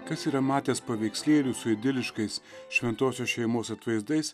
kas yra matęs paveikslėlių su idiliškais šventosios šeimos atvaizdais